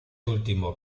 último